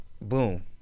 Boom